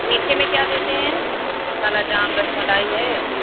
میٹھے میں کیا دیتے ہیں کالا جام رَس ملائی ہے